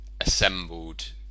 assembled